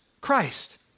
Christ